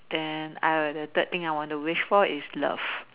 then I the third thing I want to wish for is love